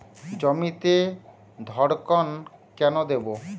জমিতে ধড়কন কেন দেবো?